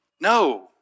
No